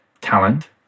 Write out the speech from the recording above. talent